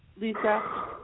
Lisa